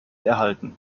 erhalten